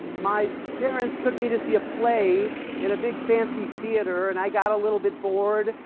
my parents took me to see a play in a big fancy theatre and i got a little bit bored.